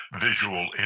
visual